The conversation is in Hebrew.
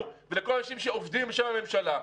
הוא לא שייך למשרד האוצר?